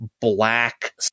black